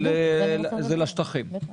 לצערי הרב.